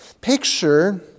Picture